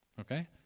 Okay